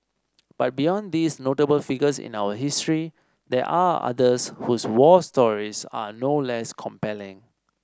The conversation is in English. but beyond these notable figures in our history there are others whose war stories are no less compelling